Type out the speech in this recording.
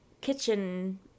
kitchen